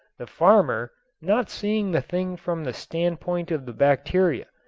the farmer, not seeing the thing from the standpoint of the bacteria,